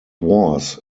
was